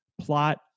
plot